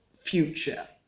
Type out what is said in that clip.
future